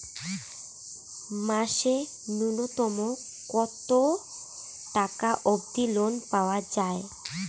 মাসে নূন্যতম কতো টাকা অব্দি লোন পাওয়া যায়?